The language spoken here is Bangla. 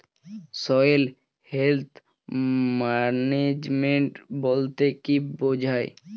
সয়েল হেলথ ম্যানেজমেন্ট বলতে কি বুঝায়?